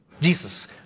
Jesus